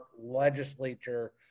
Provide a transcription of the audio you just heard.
legislature